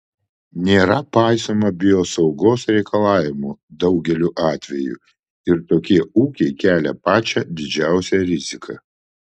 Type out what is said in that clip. nėra paisoma biosaugos reikalavimų daugeliu atvejų ir tokie ūkiai kelia pačią didžiausią riziką